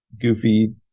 goofy